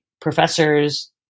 professors